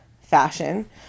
fashion